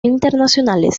internacionales